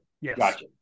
Yes